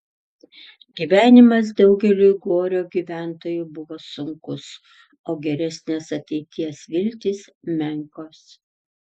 gyvenimas daugeliui gorio gyventojų buvo sunkus o geresnės ateities viltys menkos